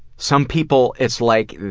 some people it's like